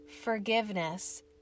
Forgiveness